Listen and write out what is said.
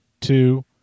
two